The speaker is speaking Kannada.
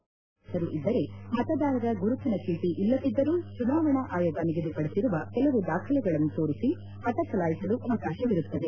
ಪಟ್ಟಯಲ್ಲಿ ಹೆಸರು ಇದ್ದರೆ ಮತದಾರರ ಗುರುತಿನ ಚೀಟ ಇಲ್ಲದಿದ್ದರೂ ಚುನಾವಣಾ ಆಯೋಗ ನಿಗದಿಪಡಿಸಿರುವ ಕೆಲವು ದಾಖಲೆಗಳನ್ನು ತೋರಿಸಿ ಮತ ಚಲಾಯಿಸಲು ಅವಕಾಶವಿರುತ್ತದೆ